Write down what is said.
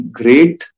great